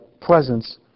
presence